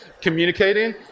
communicating